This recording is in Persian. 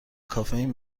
کافئین